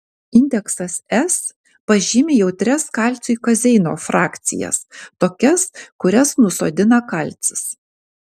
indeksas s pažymi jautrias kalciui kazeino frakcijas tokias kurias nusodina kalcis